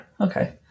Okay